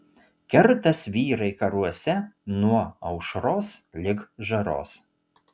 kertas vyrai karuose nuo aušros lig žaros